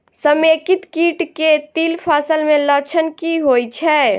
समेकित कीट केँ तिल फसल मे लक्षण की होइ छै?